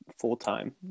full-time